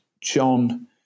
John